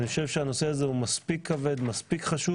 אני חושב שהנושא הזה הוא מספיק כבד ומספיק חשוב